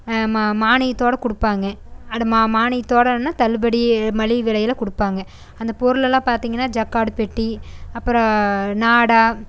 மா மானியத்தோடய கொடுப்பாங்க அந்த மா மானியத்தோடனா தள்ளுபடி மலிவு விலையில கொடுப்பாங்க அந்த பொருள் எல்லாம் பார்த்தீங்கன்னா ஜக்காடு பெட்டி அப்புறோம் நாடா